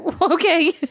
okay